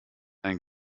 ein